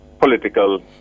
political